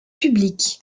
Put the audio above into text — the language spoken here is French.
public